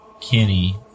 Kenny